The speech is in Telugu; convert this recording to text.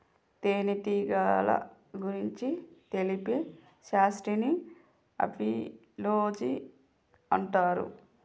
తేనెటీగల గురించి తెలిపే శాస్త్రాన్ని ఆపిలోజి అంటారు